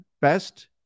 best